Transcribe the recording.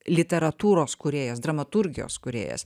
literatūros kūrėjas dramaturgijos kūrėjas